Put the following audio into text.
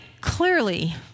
clearly